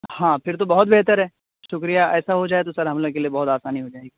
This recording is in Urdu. ہاں پھر تو بہت بہتر ہے شکریہ ایسا ہو جائے تو سر ہم لوگوں کے بہت آسانی ہو جائے گی